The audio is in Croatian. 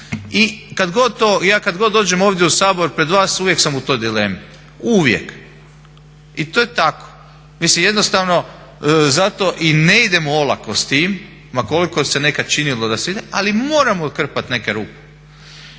ja kada god dođem ovdje u Sabor pred vas uvijek sam u toj dilemi i to je tako. Mislim jednostavno zato i ne idemo olako s tim ma koliko se nekad činilo da se ide ali moramo krpati neke rupe.